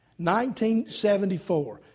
1974